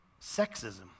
Sexism